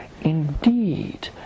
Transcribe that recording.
indeed